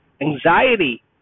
anxiety